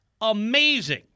amazing